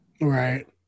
Right